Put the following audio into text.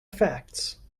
facts